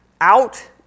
out